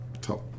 top